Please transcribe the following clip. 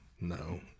No